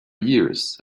years